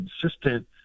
consistent